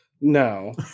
no